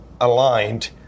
aligned